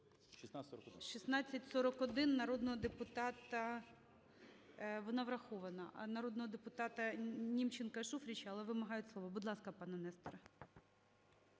вона врахована, народного депутатаНімченка і Шуфрича, але вимагають слово. Будь ласка, пане Несторе.